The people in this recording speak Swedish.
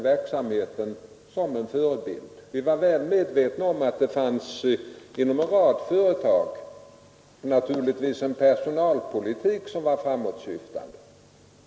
Vi var naturligtvis då väl medvetna om att det inom en rad företag fanns en framåtsyftande personalpolitik.